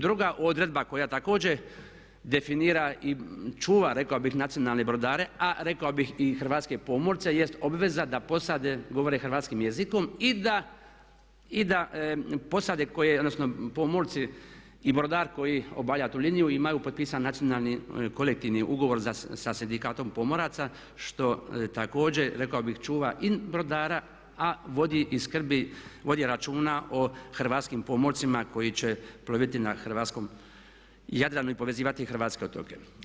Druga odredba koja također definira i čuva rekao bih nacionalne brodare a rekao bih i hrvatske pomorce jest obveza da posade govore hrvatskim jezikom i da posade odnosno pomorci i brodar koji obavlja tu liniju imaju potpisani nacionalni kolektivni ugovor sa Sindikatom pomoraca što također rekao bih čuva i brodara a vodi i skrbi, vodi računa o hrvatskim pomorcima koji će ploviti na hrvatskom jadranu i povezivati hrvatske otoke.